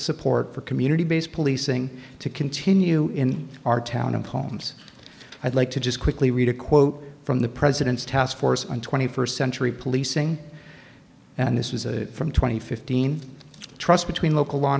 support for community based policing to continue in our town of holmes i'd like to just quickly read a quote from the president's task force on twenty first century policing and this was from twenty fifteen trust between local law